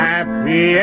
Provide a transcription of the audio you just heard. Happy